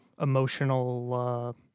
emotional